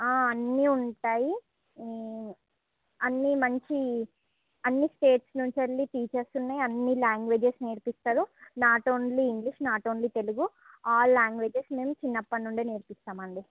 అన్ని ఉంటాయి అన్ని మంచి అన్ని స్టేట్స్ నుంచేల్లి టీచర్సుని అన్ని లాంగ్వేజెస్ నేర్పిస్తారు not only English not only Telugu all languages మేము చిన్నప్పటినుండే మేము నేర్పిస్తాం అండి